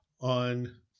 on